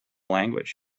language